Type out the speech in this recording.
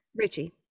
Richie